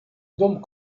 dom